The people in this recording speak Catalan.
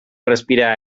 respirar